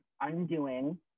undoing